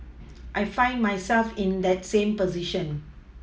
I find myself in that same position